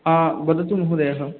हा वदतु महोदय